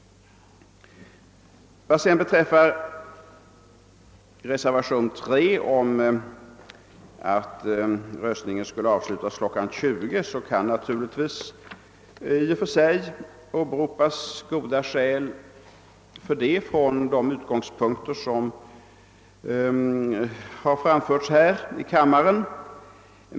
Vad sedan beträffar reservationen 3 om att röstningen skulle avslutas kl. 20 vill jag framhålla att man naturligtvis i och för sig kan åberopa goda skäl för det från de utgångspunkter som angivits här i kammaren.